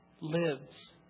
lives